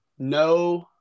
No